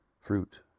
fruit